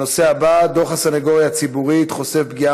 הנושא הבא: דוח הסנגוריה הציבורית חושף פגיעה